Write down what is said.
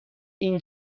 این